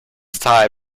style